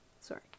sorry